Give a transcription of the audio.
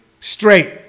straight